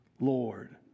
Lord